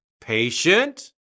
patient